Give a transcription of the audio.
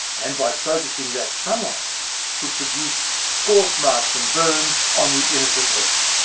and by focusing that sunlight would produce scorch marks and burns on the innocent leaf.